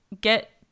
get